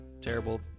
terrible